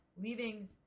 leaving